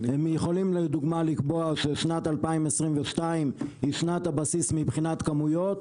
הם יכולים לדוגמה לקבוע ששנת 2022 היא שנת הבסיס מבחינת כמויות,